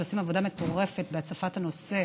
שעושים עבודה מטורפת בהצפת הנושא